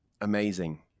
amazing